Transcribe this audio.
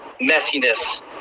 messiness